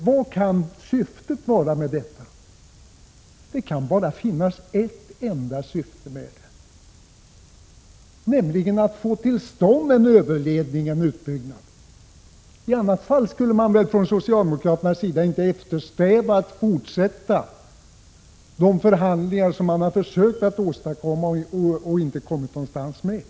Vad kan syftet vara? Svaret blir: Det kan bara finnas ett enda syfte, nämligen att få till stånd en överledning, en utbyggnad. I annat fall skulle man väl från socialdemokraternas sida inte eftersträva att fortsätta på den inslagna vägen. Jag tänker då på de förhandlingar som man har försökt att åstadkomma — något som man inte har kommit någon vart med.